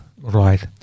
Right